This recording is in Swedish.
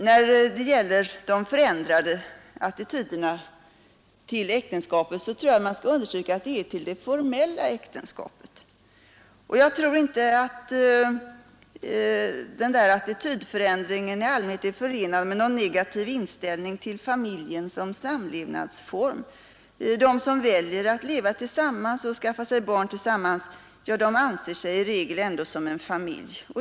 När det gäller de förändrade attityderna till äktenskapet tror jag att man skall understryka att dessa förskjutningar avser det formella äktenskapet. Jag tror inte att denna attitydförändring i allmänhet är förenad med någon negativ inställning till familjen som samlevnadsform. De som väljer att leva tillsammans och att skaffa sig barn tillsammans anser sig i regel ändå som en familj.